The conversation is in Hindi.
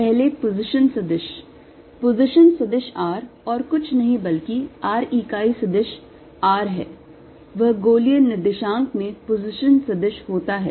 पहले पोजीशन सदिश पोजीशन सदिश r और कुछ नहीं बल्कि r इकाई सदिश r है वह गोलीय निर्देशांक में पोजीशन सदिश होता है